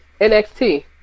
NXT